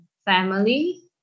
Family